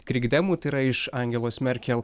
krikdemų tai yra iš angelos merkel